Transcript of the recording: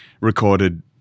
recorded